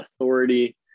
authority